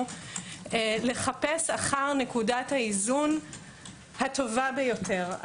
לחפש אחר נקודת האיזון הטובה ביותר.